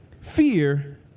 Fear